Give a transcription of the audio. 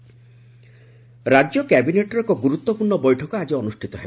cabinet ବୈଠକ ରାଜ୍ୟ କ୍ୟାବିନେଟ୍ର ଏକ ଗୁରୁତ୍ୱପୂର୍ଷ୍ୟ ବୈଠକ ଆକି ଅନୁଷିତ ହେବ